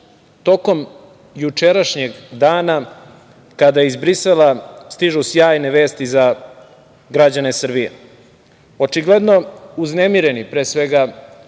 tokom jučerašnjeg dana kada iz Brisela stižu sjajne vesti za građane Srbije. Očigledno, uznemireni pre svega,